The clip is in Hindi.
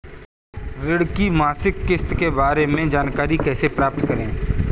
ऋण की मासिक किस्त के बारे में जानकारी कैसे प्राप्त करें?